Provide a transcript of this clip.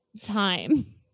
time